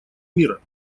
мира